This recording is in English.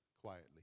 quietly